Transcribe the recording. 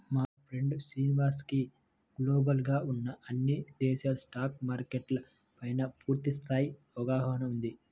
మా ఫ్రెండు శ్రీనివాస్ కి గ్లోబల్ గా ఉన్న అన్ని దేశాల స్టాక్ మార్కెట్ల పైనా పూర్తి స్థాయి అవగాహన ఉంది